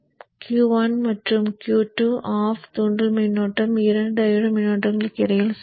Q1 மற்றும் Q2 of தூண்டல் மின்னோட்டம் 2 டையோடு மின்னோட்டங்களுக்கு இடையில்